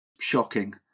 shocking